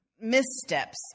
missteps